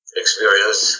experience